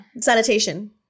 sanitation